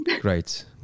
Great